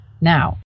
Now